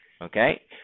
Okay